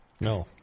No